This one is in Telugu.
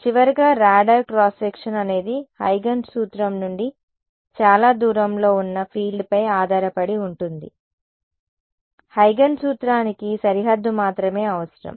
చివరగా రాడార్ క్రాస్సెక్షన్ అనేది హ్యూజెన్స్ సూత్రం నుండి చాలా దూరంలో ఉన్న ఫీల్డ్పై ఆధారపడి ఉంటుంది హ్యూజెన్స్ సూత్రానికి సరిహద్దు మాత్రమే అవసరం